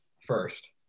first